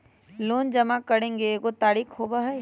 Loan जमा करेंगे एगो तारीक होबहई?